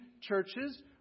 churches